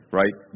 right